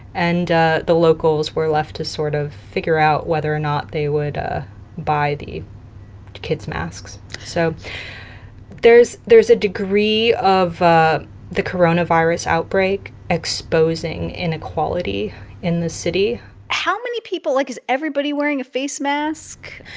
and ah the locals were left to sort of figure out whether or not they would ah buy the kids masks, so there's a degree of ah the coronavirus outbreak exposing inequality in the city how many people like, is everybody wearing a face mask?